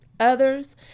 others